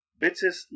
Bitsis